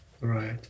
right